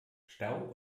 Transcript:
stau